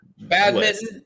badminton